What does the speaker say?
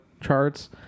charts